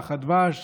הדבש